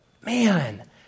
man